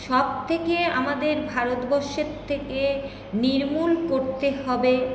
সব থেকে আমাদের ভারতবর্ষের থেকে নির্মূল করতে হবে